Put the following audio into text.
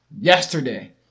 Yesterday